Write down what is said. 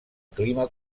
clima